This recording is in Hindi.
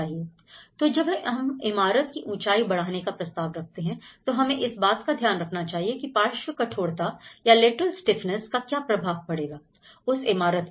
तो जब हम इमारत की ऊंचाई बढ़ाने का प्रस्ताव रखते हैं तो हमें इस बात का ध्यान रखना चाहिए की पार्श्व कठोरता या lateral stiffness का क्या प्रभाव पड़ेगा उस इमारत पर